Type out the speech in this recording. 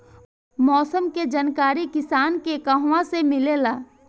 मौसम के जानकारी किसान के कहवा से मिलेला?